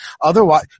Otherwise